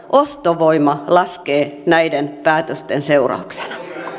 ostovoima laskee näiden päätösten seurauksena